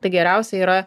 tai geriausia yra